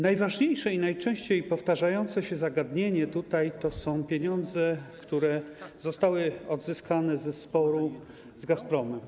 Najważniejsze i najczęściej powtarzające się zagadnienie to pieniądze, które zostały odzyskane w wyniku sporu z Gazpromem.